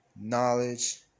knowledge